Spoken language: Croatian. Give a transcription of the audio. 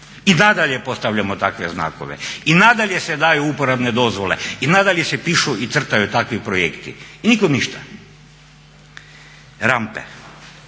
I dalje postavljamo takve znakove i nadalje se daju uporabne dozvole i nadalje se pišu i crtaju takvi projekti. I nikom ništa. Rampe,